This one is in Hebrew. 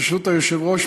ברשות היושב-ראש,